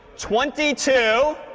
twenty two.